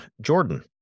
Jordan